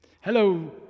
Hello